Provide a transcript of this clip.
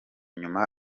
nyuma